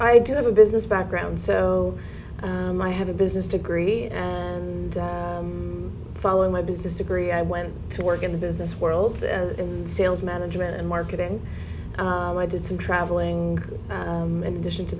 i do have a business background so i have a business degree and following my business degree i went to work in the business world in sales management and marketing and i did some traveling in addition to